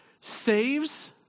saves